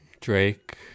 Drake